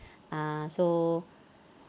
ah so